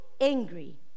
angry